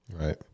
Right